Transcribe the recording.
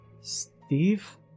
Steve